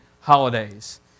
holidays